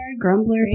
Grumbler